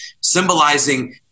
symbolizing